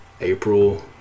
April